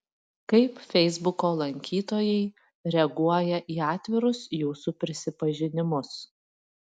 kaip feisbuko lankytojai reaguoja į atvirus jūsų prisipažinimus